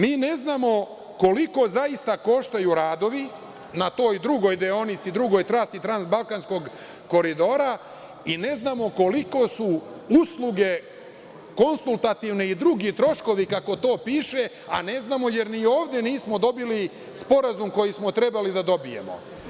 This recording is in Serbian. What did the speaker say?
Mi ne znamo koliko zaista koštaju radovi na toj drugoj deonici, drugoj trasi Transbalkanskog koridora i ne znamo koliko su usluge, konsultativni i drugi troškovi, kako to piše, a ne znamo jer ni ovde nismo dobili sporazum koji smo trebali da dobijemo.